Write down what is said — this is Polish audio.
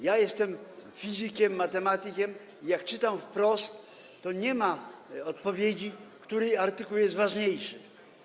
Ja jestem fizykiem, matematykiem i jak czytam wprost, to nie znajduję odpowiedzi, który artykuł jest ważniejszy.